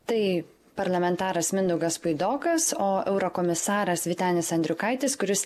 tai parlamentaras mindaugas puidokas o eurokomisaras vytenis andriukaitis kuris